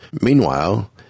Meanwhile